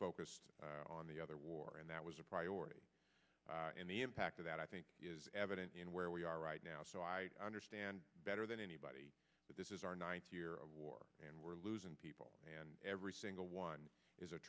focused on the other war and that was a priority and the impact of that i think is evident in where we are right now so i understand better than anybody that this is our ninth year of war and we're losing people and every single one is a